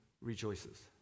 rejoices